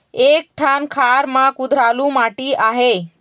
एक ठन खार म कुधरालू माटी आहे?